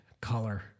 color